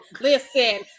listen